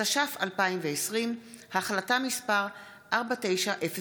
התש"ף 2020, החלטה מס' 4902,